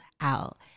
out